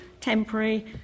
temporary